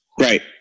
Right